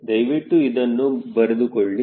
ದಯವಿಟ್ಟು ಇದನ್ನು ಬರೆದುಕೊಳ್ಳಿ